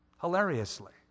hilariously